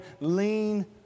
lean